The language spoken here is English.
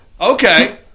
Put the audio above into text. Okay